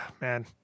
man